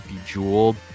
bejeweled